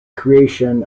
creation